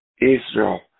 Israel